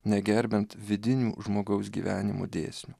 negerbiant vidinių žmogaus gyvenimo dėsnių